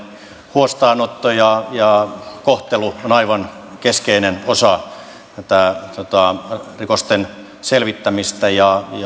huostaanotto ja ja kohtelu on aivan keskeinen osa tätä rikosten selvittämistä ja